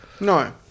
No